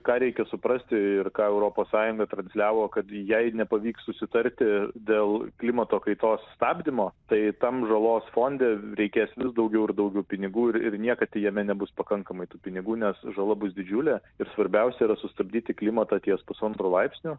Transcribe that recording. ką reikia suprasti ir ką europos sąjunga transliavo kad jei nepavyks susitarti dėl klimato kaitos stabdymo tai tam žalos fonde reikės vis daugiau ir daugiau pinigų ir ir niekad jame nebus pakankamai tų pinigų nes žala bus didžiulė ir svarbiausia yra sustabdyti klimatą ties pusantro laipsnio